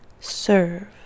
Serve